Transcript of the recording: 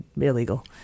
illegal